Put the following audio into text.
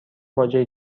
باجه